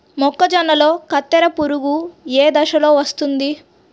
మొక్కజొన్నలో కత్తెర పురుగు ఏ దశలో వస్తుంది?